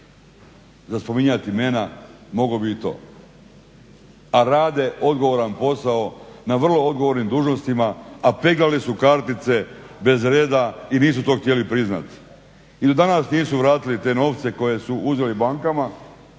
za spominjati imena mogao bi i to. A rade odgovoran posao na vrlo odgovornim dužnostima, a peglali su kartice bez reda i nisu to htjeli priznat. I do danas nisu vratili te novce koje su uzeli bankama